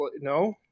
No